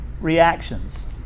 Reactions